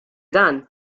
dan